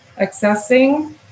accessing